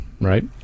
right